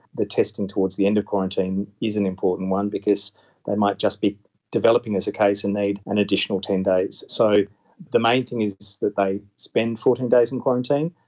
the testing towards the end of quarantine is an important one because they might just be developing as a case and need an additional ten days. so the main thing is that they spend fourteen days in quarantine,